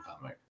comic